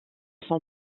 son